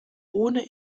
ohne